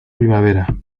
primavera